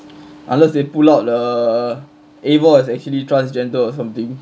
unless they pull out the eivor is actually transgender or something